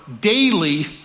daily